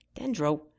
Dendro